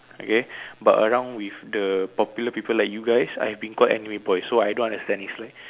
okay but around with the popular people like you guys I've been called anime boys so I don't understand is like